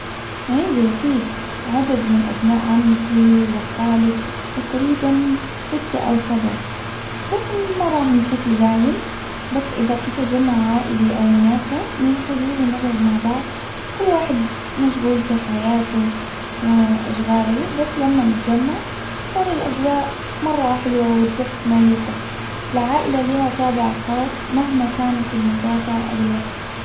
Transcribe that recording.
عندي أكيد عدد من أبناء عمتي وخالي تقريبا ستة أو سبعة لكن ما أراهم بشكل دائم بس إذا في تجمع عائلي أو مناسبة نلتقي ونقعد مع بعض كل واحد مشغول في حياته وأشغاله بس لما نتجمع تكون الأجواء مرة حلوة والضحك ما يوقف. العائلة لها طابع خاص مهما كانت المسافة أو الوقت.